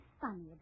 funny